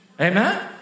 Amen